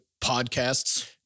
podcasts